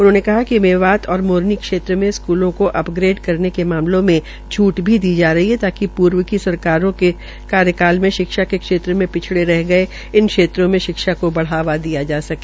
उन्होंने बताया कि मेवता और मोरनी क्षेत्र में स्कूलों को अपग्रेड करने के मामले में छूट भी दी जा रही है ताकि पूर्व की सरकारों के कार्यकाल में शिक्षा के क्षेत्र में पिछड़े रहे इन क्षेत्रों में शिक्षा को बढ़ावा दिया जा सके